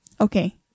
Okay